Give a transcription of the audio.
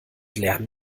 lernen